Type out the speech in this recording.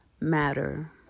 matter